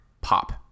pop